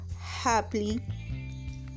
happily